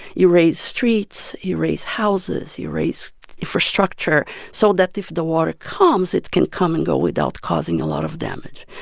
you raise streets. you raise houses. you raise infrastructure so that if the water comes, it can come and go without causing a lot of damage.